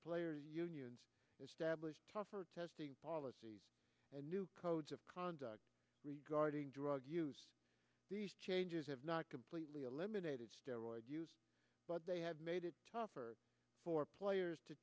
player unions establish tougher testing policies and new codes of conduct regarding drug use these changes have not completely eliminated steroids but they have made it tougher for players to